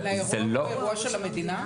אבל האירוע הוא לא של המדינה?